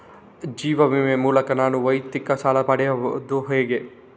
ಜೀವ ವಿಮೆ ಮೂಲಕ ನಾನು ವೈಯಕ್ತಿಕ ಸಾಲ ಪಡೆಯುದು ಹೇಗೆ?